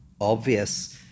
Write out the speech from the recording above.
obvious